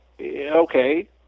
okay